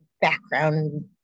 background